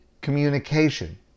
communication